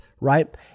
right